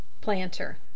Planter